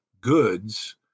goods